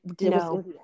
no